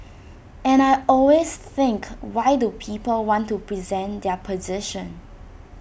and I always think why do people want to present their position